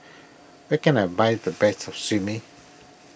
where can I buy the best Sashimi